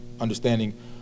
understanding